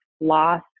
loss